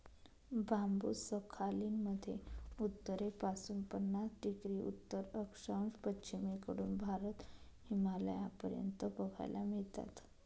बांबु Sakhalin मध्ये उत्तरेपासून पन्नास डिग्री उत्तर अक्षांश, पश्चिमेकडून भारत, हिमालयापर्यंत बघायला मिळतात